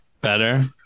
better